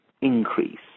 increase